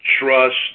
trust